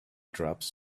drops